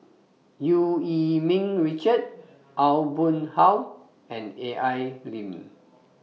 EU Yee Ming Richard Aw Boon Haw and Al Lim